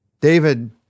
David